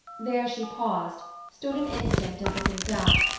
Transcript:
there she paused, stood an instant as if in doubt,